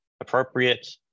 appropriate